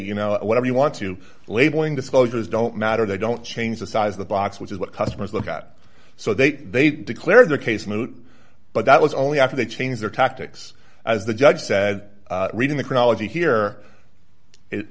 you know whatever you want to labeling disclosures don't matter they don't change the size of the box which is what customers look at so they they declare the case moot but that was only after they changed their tactics as the judge said reading the chronology here